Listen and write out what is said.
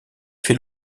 fait